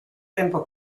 tempo